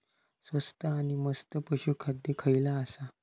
स्वस्त आणि मस्त पशू खाद्य खयला आसा?